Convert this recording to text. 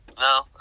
No